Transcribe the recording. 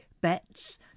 bets